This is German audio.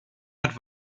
hat